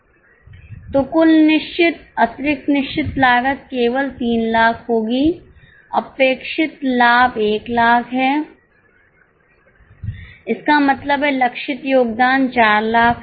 तो कुल निश्चित अतिरिक्त निश्चित लागत केवल 300000 होगी अपेक्षित लाभ 100000 है इसका मतलब है लक्षित योगदान 400000 है